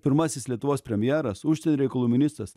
pirmasis lietuvos premjeras užsienio reikalų ministras